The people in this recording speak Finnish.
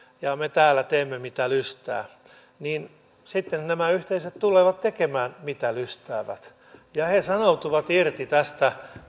ja me täällä teemme mitä lystäämme niin sitten nämä yhteisöt tulevat tekemään mitä lystäävät ja he sanoutuvat irti tästä